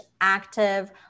active